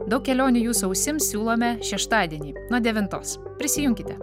daug kelionių sausiems siūlome šeštadienį nuo devintos prisijunkite